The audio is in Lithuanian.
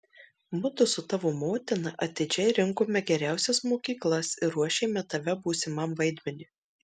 mudu su tavo motina atidžiai rinkome geriausias mokyklas ir ruošėme tave būsimam vaidmeniui